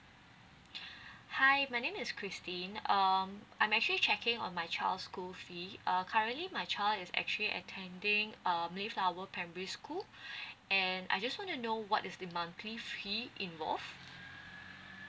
hi my name is christine um I'm actually checking on my child's school fee err currently my child is actually attending um mayflower primary school and I just want to know what is the monthly fee involved